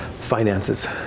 finances